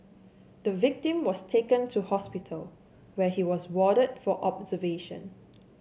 the victim was taken to hospital where he was warded for observation